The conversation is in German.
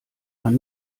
man